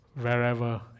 wherever